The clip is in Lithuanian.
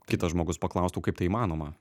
kitas žmogus paklaustų kaip tai įmanoma